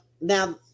now